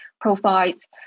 provides